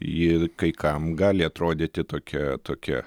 ji kai kam gali atrodyti tokia tokia